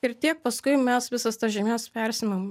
ir tiek paskui mes visas tas žemes persimam